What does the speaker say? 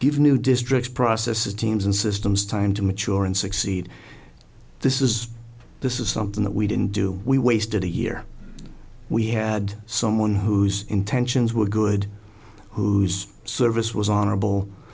give new districts processes teams and systems time to mature and succeed this is this is something that we didn't do we wasted a year we had someone whose intentions were good whose service was honorable